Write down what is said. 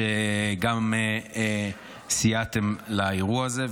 שגם סייעתם באירוע הזה,